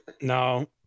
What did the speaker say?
No